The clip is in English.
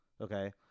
Okay